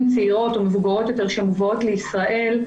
שמובאות לישראל,